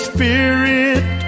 Spirit